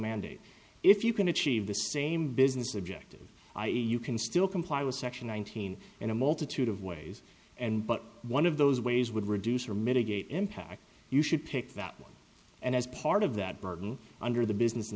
mandate if you can achieve the same business objective i e you can still comply with section nineteen in a multitude of ways and but one of those ways would reduce or mitigate impact you should pick that one as part of that burden under the business